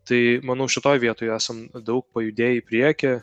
tai manau šitoj vietoj esam daug pajudėję į priekį